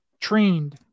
trained